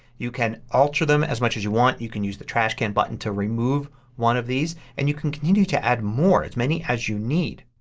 you can alter them as much as you want. you can use the trashcan button to remove one of these. and you can continue to add more. as many as you need.